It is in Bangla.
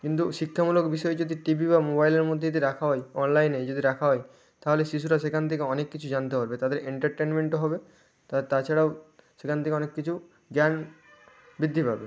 কিন্তু শিক্ষামূলক বিষয় যদি টিভি বা মোবাইলের মধ্যে যদি রাখা হয় অনলাইনেই যদি রাখা হয় তাহলে শিশুরা সেখান থেকে অনেক কিছু জানতে পারবে তাদের এন্টারটেনমেন্টও হবে তা তাছাড়াও সেখান থেকে অনেক কিছু জ্ঞান বৃদ্ধি পাবে